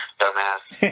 dumbass